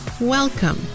welcome